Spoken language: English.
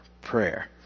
prayer